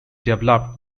developed